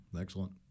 excellent